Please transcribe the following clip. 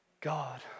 God